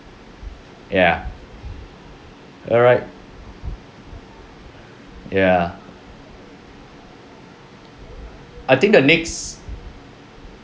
ya alright ya I think the next